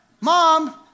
Mom